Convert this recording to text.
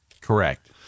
Correct